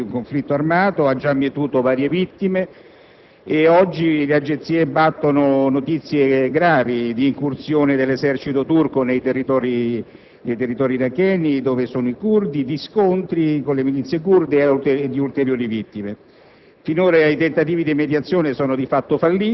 svolgendo con tutta la crudeltà tipica di un conflitto armato. Esso ha già mietuto varie vittime e oggi le agenzie battono notizie gravi di incursioni dell'esercito turco nei territori iracheni dove si trovano i curdi, di scontri con le milizie curde e di ulteriori vittime.